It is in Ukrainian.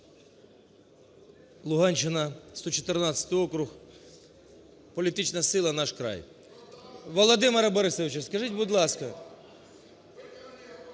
Луганщина, 114-й округ, політична сила "Наш край". Володимире Борисовичу, скажіть, будь ласка...